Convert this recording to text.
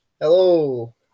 Hello